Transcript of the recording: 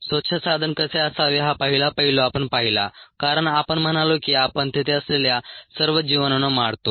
स्वच्छ साधन कसे असावे हा पहिला पैलू आपण पाहिला कारण आपण म्हणालो की आपण तेथे असलेल्या सर्व जीवाणूंना मारतो